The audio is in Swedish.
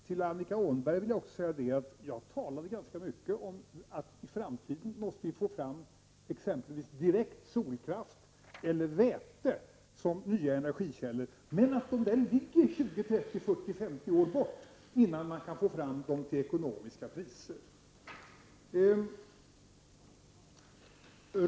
Till Annika Åhnberg vill jag säga att jag talade ganska mycket om att vi i framtiden måste få fram direkt solkraft eller väte som nya energikällor men sade att det ligger 20, 30, 40 eller 50 år bort i tiden innan man kan få fram dessa till ekonomiskt försvarbara priser.